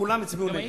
כולם יצביעו נגד.